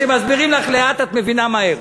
כשמסבירים לך לאט את מבינה מהר.